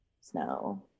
snow